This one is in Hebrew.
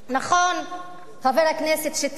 נכון, חבר הכנסת שטרית,